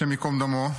השם ייקום דמו,